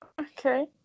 Okay